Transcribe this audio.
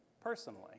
personally